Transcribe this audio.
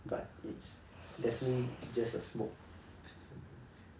but it's definitely just a smoke